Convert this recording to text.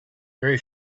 very